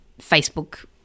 Facebook